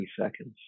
seconds